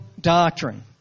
doctrine